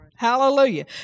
Hallelujah